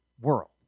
world